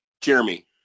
Jeremy